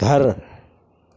घर